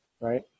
Right